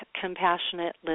compassionate